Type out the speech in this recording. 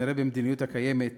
במדיניות הקיימת